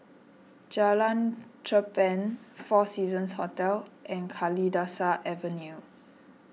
Jalan Cherpen four Seasons Hotel and Kalidasa Avenue